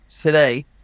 today